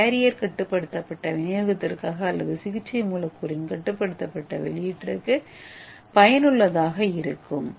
இந்த கேரியர் கட்டுப்படுத்தப்பட்ட விநியோகத்திற்காக அல்லது சிகிச்சை மூலக்கூறின் கட்டுப்படுத்தப்பட்ட வெளியீட்டிற்கு பயனுள்ளதாக இருக்கும்